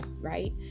right